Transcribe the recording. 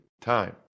time